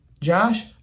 Josh